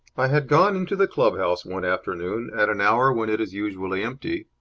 i had gone into the club-house one afternoon at an hour when it is usually empty,